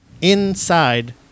inside